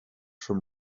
from